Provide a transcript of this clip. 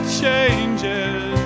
changes